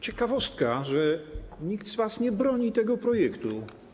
Ciekawostka, że nikt z was nie broni tego projektu.